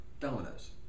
Dominoes